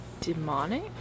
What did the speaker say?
demonic